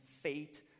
fate